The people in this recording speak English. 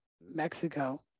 Mexico